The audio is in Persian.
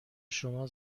شما